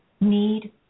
need